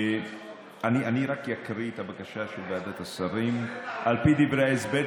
אני רק אקריא את הבקשה של ועדת השרים: על פי דברי ההסבר,